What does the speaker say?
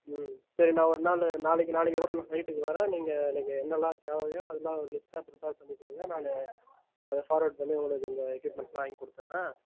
ம் சரி நான் ஒரு நாள் நாளைக்கு நாளைக்கி கூட நான் சைட்டுக்கு வரேன் நீங்கள் எனக்கு என்னெல்லாம் தேவையோ அதெல்லாம் ஒரு லிஸ்ட்டாக ப்ரிப்பர் பண்ணி கொடுங்க நான் அதை ஃபார்வேட் பண்ணி உங்களுக்கு இந்த எக்யூப்மெண்ட்ஸ்லாம் வாங்கி கொடுத்துறேன்